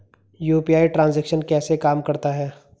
UPI transaction कैसे काम करता है?